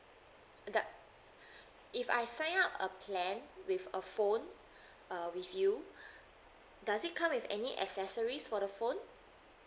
the if I sign up a plan with a phone uh with you does it come with any accessories for the phone